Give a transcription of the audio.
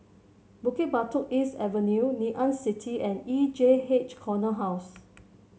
Bukit Batok East Avenue Ngee Ann City and E J H Corner House